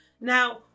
Now